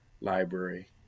library